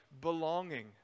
belonging